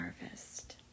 harvest